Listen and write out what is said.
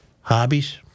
Hobbies